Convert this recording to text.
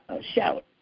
shout